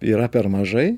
yra per mažai